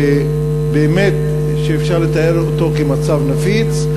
שבאמת אפשר לתאר אותו כמצב נפיץ,